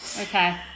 Okay